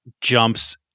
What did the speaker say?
jumps